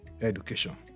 education